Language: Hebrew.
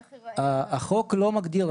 איך ייראה --- החוק לא מגדיר,